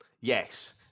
yes